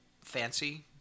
fancy